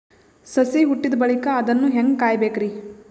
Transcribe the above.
ಸಸಿ ಹುಟ್ಟಿದ ಬಳಿಕ ಅದನ್ನು ಹೇಂಗ ಕಾಯಬೇಕಿರಿ?